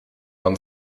non